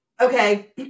Okay